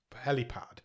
helipad